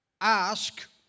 Ask